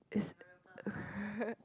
it's